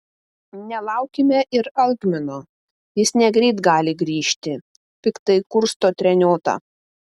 nelaukime ir algmino jis negreit gali grįžti piktai kursto treniota